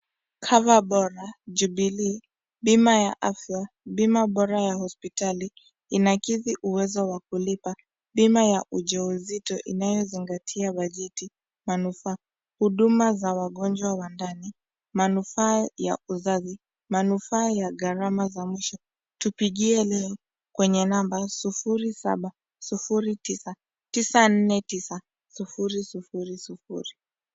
Cover Bora Jubilee bima ya afya bima bora ya hospitali inakidhi uwezi wa kulipa bima ya ujauzito inayozingatia bageti manufaa huduma za wagonjwa wa ndani manufaa ya uzazi manufaa ya garama za mwisho tupigiekwenye namba 0709949000.